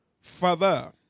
Father